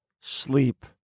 Sleep